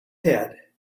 head